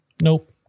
Nope